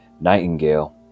Nightingale